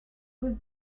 was